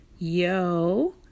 yo